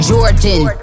Jordan